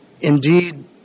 Indeed